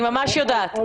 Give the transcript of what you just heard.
אני ממש יודעת.